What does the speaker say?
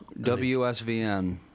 WSVN